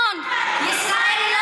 מה האחריות הישראלית?